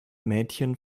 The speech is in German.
mädchen